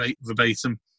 verbatim